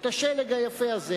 את השלג היפה הזה.